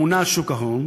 הממונה על שוק ההון,